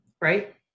Right